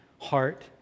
heart